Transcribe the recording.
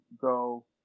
go